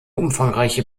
umfangreiche